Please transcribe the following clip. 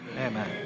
Amen